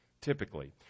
typically